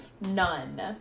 None